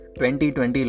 2020